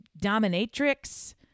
dominatrix